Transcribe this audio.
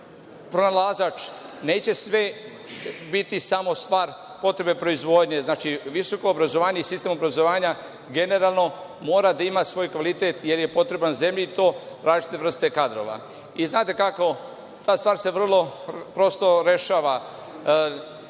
pronalazač. Neće sve biti samo stvar potrebe proizvodnje. Visoko obrazovanje i sistem obrazovanja generalno moraju da imaju svoj kvalitet, jer je potreban zemlji, i to različite vrste kadrova. Ta stvar se vrlo prosto rešava.